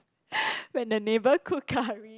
when the neighbour cook curry